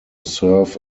serve